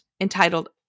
entitled